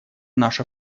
наш